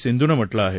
सिंधू नं म्हटलं आहे